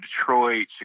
Detroit